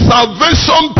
Salvation